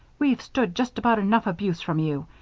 we've stood just about enough abuse from you.